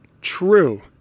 true